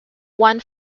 one